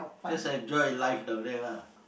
just enjoy life down there lah